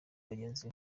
bagenzi